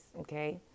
Okay